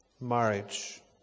marriage